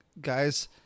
guys